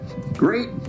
Great